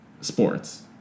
sports